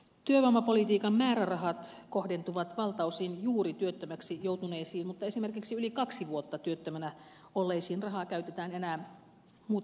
työvoimapolitiikan määrärahat kohdentuvat valtaosin juuri työttömäksi joutuneisiin mutta esimerkiksi yli kaksi vuotta työttömänä olleisiin rahaa käytetään enää muutama prosentti